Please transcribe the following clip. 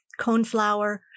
coneflower